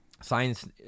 science